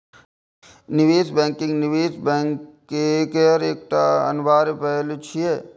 निवेश बैंकिंग निवेश बैंक केर एकटा अनिवार्य पहलू छियै